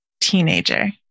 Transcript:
teenager